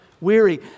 weary